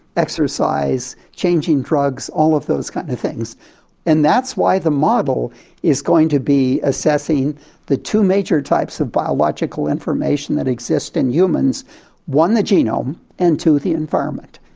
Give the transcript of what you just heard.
exercise, changing drugs, all of those kind of things and that's why the model is going to be assessing the two major types of biological information that exist in humans one the genome and two the environment.